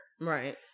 right